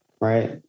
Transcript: right